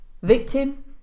Victim